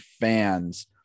fans